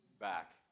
back